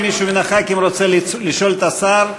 אם מישהו מן הח"כים רוצה לשאול את השר,